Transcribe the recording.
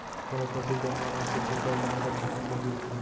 कोनों पसु बेमार होथे तेकर लार ह भुइयां म गिरथे